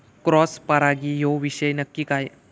Cross परागी ह्यो विषय नक्की काय?